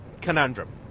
conundrum